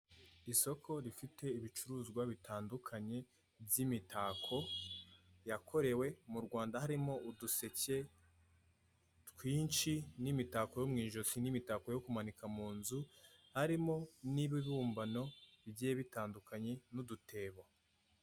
Isoko rifite ibicuruzwa bitandukanye by'imitako yakorewe mu Rwanda, harimo uduseke twinshi n'imitako yo mu ijosi, n'imitako yo kumanika mu nzu harimo n'ibibumbano bigiye bitandukanye n'udutebo.